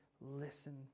listen